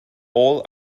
all